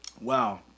Wow